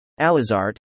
Alizart